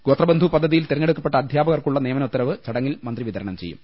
ഗോത്രബന്ധു പദ്ധതിയിൽ തിരഞ്ഞെടുക്കപ്പെട്ട അധ്യാപകർക്കുള്ള നിയമന ഉത്തരവ് ചടങ്ങിൽ മന്ത്രി വിതരണം ചെയ്യും